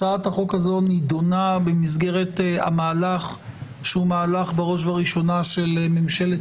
הצעת החוק הזו נדונה במסגרת מהלך שהוא בראש וראשונה של ממשלת